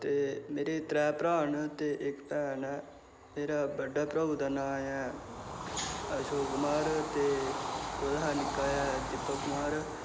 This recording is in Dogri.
ते मेरे त्रैऽ भ्राऽ न ते इक भैन ऐ फिर बड्डे भ्राऊ दा नांऽ ऐ अशोक कुमार ते ओह्दे शा निक्का ऐ दीपक कुमार